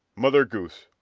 mother goose.